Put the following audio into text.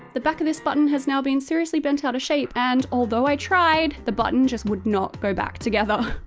the back of this button has now been seriously bent out of shape, and although i tried, the button just would not go back together.